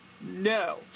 No